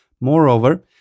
Moreover